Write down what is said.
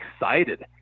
excited